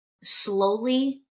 slowly